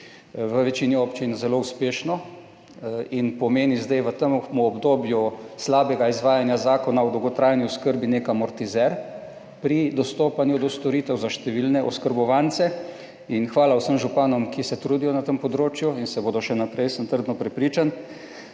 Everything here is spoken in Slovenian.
v večini občin zelo uspešno, in pomeni zdaj v tem obdobju slabega izvajanja zakona o dolgotrajni oskrbi nek amortizer pri dostopanju do storitev za številne oskrbovance. In hvala vsem županom, ki se trudijo na tem področju in se bodo še naprej, sem trdno prepričan.